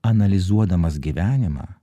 analizuodamas gyvenimą